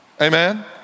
Amen